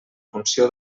funció